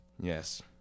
Yes